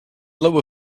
lower